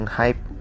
hype